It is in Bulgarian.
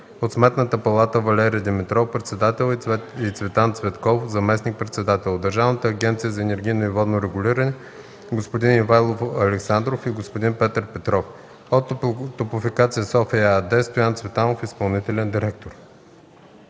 от Сметната палата – Валери Димитров – председател и Цветан Цветков – заместник-председател, от Държавната агенция за енергийно и водно регулиране господин Ивайло Александров и господин Петър Петров, от Топлофикация София ЕАД – Стоян Цветанов – изпълнителен директор.